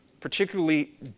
particularly